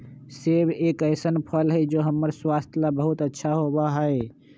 सेब एक ऐसन फल हई जो हम्मर स्वास्थ्य ला बहुत अच्छा होबा हई